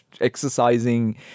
exercising